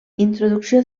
introducció